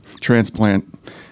transplant